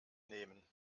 nehmen